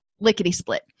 lickety-split